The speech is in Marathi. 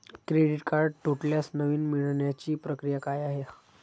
क्रेडिट कार्ड तुटल्यास नवीन मिळवण्याची प्रक्रिया काय आहे?